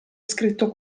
scritto